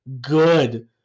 good